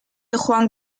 juan